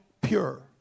pure